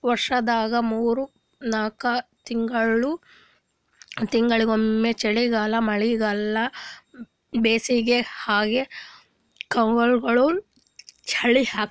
ವರ್ಷದಾಗ್ ಮೂರ್ ನಾಕ್ ತಿಂಗಳಿಂಗ್ ಒಮ್ಮ್ ಚಳಿಗಾಲ್ ಮಳಿಗಾಳ್ ಬ್ಯಾಸಗಿ ಹಂಗೆ ಕಾಲ್ಗೊಳ್ ಚೇಂಜ್ ಆತವ್